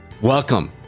Welcome